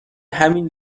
همین